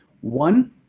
One